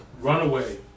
Runaway